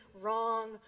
wrong